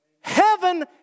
heaven